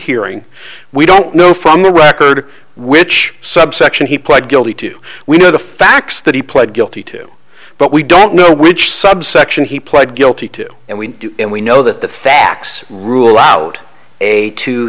hearing we don't know from the record which subsection he pled guilty to we know the facts that he pled guilty to but we don't know which subsection he pled guilty to and we and we know that the facts rule out a two